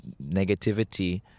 Negativity